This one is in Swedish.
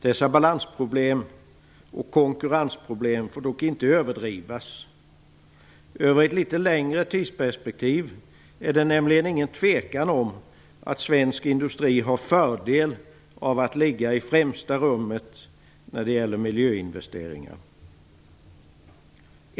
Dessa balansoch konkurrensproblem får dock inte överdrivas. Över ett litet längre tidsperspektiv är det nämligen inget tvivel om att svensk industri har fördel av att ligga i främsta rummet när det gäller miljöinvesteringar.